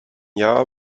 jahr